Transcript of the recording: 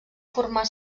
formar